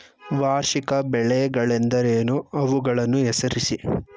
ವಾರ್ಷಿಕ ಬೆಳೆಗಳೆಂದರೇನು? ಅವುಗಳನ್ನು ಹೆಸರಿಸಿ?